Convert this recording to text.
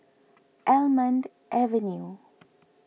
Almond Avenue